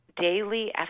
daily